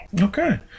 Okay